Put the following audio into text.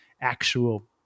actual